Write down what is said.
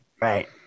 Right